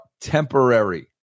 temporary